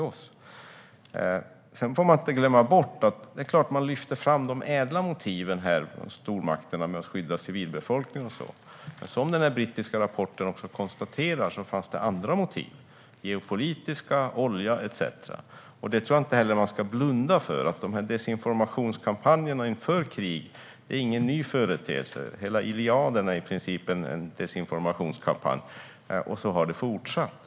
Vi får inte glömma bort att stormakterna såklart lyfter fram de ädla motiven här, till exempel att man ville skydda civilbefolkningen. Men i den brittiska rapporten konstateras det att det också fanns andra motiv: geopolitiska, olja etcetera. Det tror jag inte att vi ska blunda för. Desinformationskampanjer inför krig är ingen ny företeelse. Hela Illiaden är i princip en desinformationskampanj. Och så har det fortsatt.